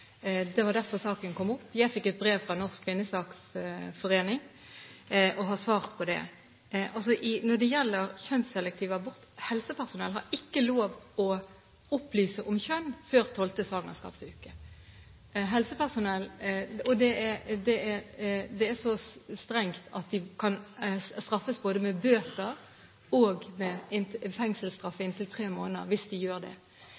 Det var derfor saken kom opp. Jeg fikk et brev fra Norsk Kvinnesaksforening og har svart på det. Når det gjelder kjønnsselektiv abort: Helsepersonell har ikke lov til å opplyse om kjønn før 12. svangerskapsuke, og det er så strengt at de kan straffes med både bøter og fengselsstraff i inntil tre måneder hvis de gjør det.